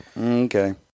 Okay